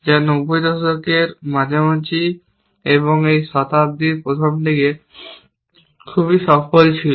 যা নব্বই দশকের মাঝামাঝি এবং এই শতাব্দীর প্রথম দিকে খুবই সফল ছিল